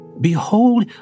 Behold